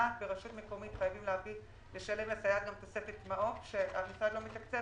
ברשות מקומית חייבים לשלם לסייעת גם תוספת שהמשרד לא מתקצב,